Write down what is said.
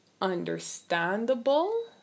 understandable